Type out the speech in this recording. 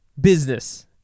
business